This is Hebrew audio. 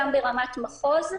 גם ברמת מחוז,